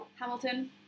Hamilton